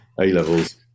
A-levels